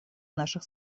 наших